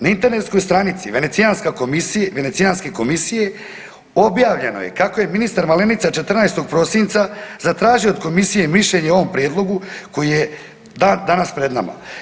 Na internetskoj stranici Venecijanske komisije objavljeno je kako je ministar Malenica 14. prosinca zatražio od Komisije mišljenje o ovom prijedlogu koji je dan danas pred nama.